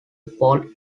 paul